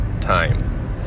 time